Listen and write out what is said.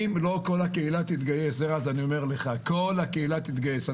אני אומר שכל הקהילה צריכה להתגייס, רז.